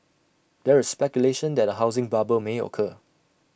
there is speculation that A housing bubble may occur